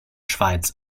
schweiz